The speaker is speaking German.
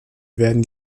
werden